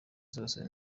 zose